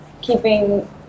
keeping